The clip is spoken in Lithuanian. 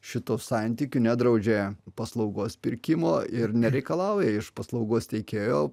šitų santykių nedraudžia paslaugos pirkimo ir nereikalauja iš paslaugos teikėjo